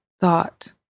thought